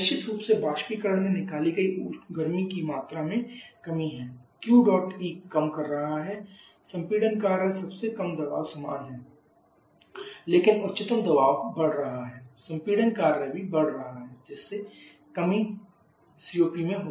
निश्चित रूप से बाष्पीकरण में निकाली गई गर्मी की मात्रा में कमी है Qdot E कम कर रहा है संपीड़न कार्य सबसे कम दबाव समान है लेकिन उच्चतम दबाव बढ़ रहा है संपीड़न कार्य भी बढ़ रहा है जिससे कमी सीओपी है